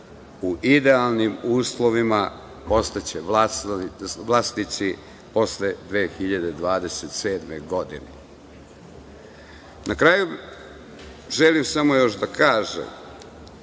u idealnim uslovima postaće vlasnici posle 2027. godine. Na kraju želim samo još da kažem